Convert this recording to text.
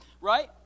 right